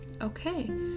okay